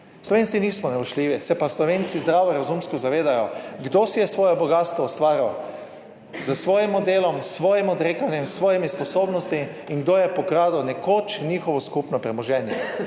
Slovenci nismo nevoščljivi. Se pa Slovenci zdravo razumsko zavedajo, kdo si je svoje bogastvo ustvaril s svojim delom, s svojim odrekanjem, s svojimi sposobnostmi in kdo je pokradel nekoč njihovo skupno premoženje?